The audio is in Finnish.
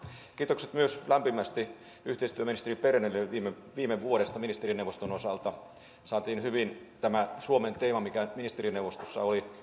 kiitokset myös lämpimästi yhteistyöministeri bernerille viime viime vuodesta ministerineuvoston osalta saatiin hyvin tämä suomen teema mikä ministerineuvostossa oli